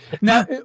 now